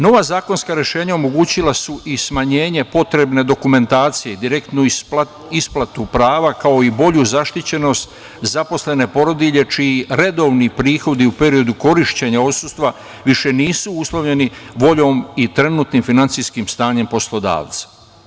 Nova zakonska rešenja omogućila i smanjenje potrebne dokumentacije, direktnu isplatu prava, kao i bolju zaštićenost zaposlene porodilje čiji redovni prihodi u periodu korišćenja odsustva više nisu uslovljeni voljom i trenutnim finansijskim stanjem poslodavca.